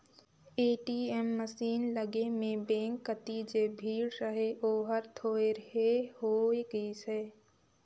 ATM machine लगे में bank कति जे भीड़ रहें ओहर थोरहें होय गईसे